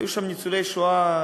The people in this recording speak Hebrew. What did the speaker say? היו שם ניצולי שואה,